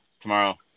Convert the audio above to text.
tomorrow